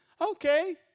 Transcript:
okay